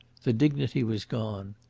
the dignity was gone.